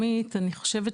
הם לא מציעים את זה.